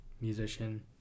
musician